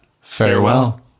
farewell